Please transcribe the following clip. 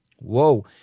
Whoa